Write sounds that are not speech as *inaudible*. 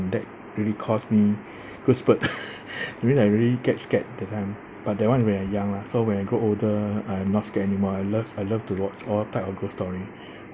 that really cause me *breath* goosebump *laughs* that mean I really get scared that time but that [one] when I young lah so when I grow older I'm not scared anymore I love I love to wartch all type of ghost story